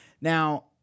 Now